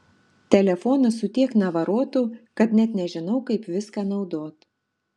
telefonas su tiek navarotų kad net nežinau kaip viską naudot